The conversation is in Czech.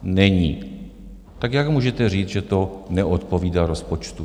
Není, tak jak můžete říct, že to neodpovídá rozpočtu?